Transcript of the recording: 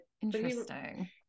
interesting